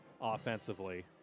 offensively